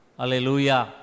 Hallelujah